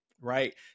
right